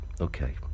Okay